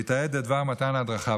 והוא יתעד את דבר מתן ההדרכה.